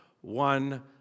one